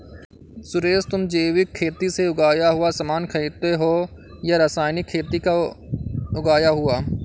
सुरेश, तुम जैविक खेती से उगाया हुआ सामान खरीदते हो या रासायनिक खेती का उगाया हुआ?